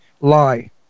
Lie